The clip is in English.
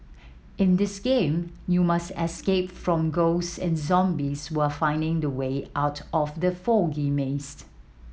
in this game you must escape from ghosts and zombies while finding the way out of the foggy maze